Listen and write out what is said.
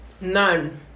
None